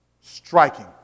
Striking